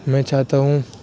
میں چاہتا ہوں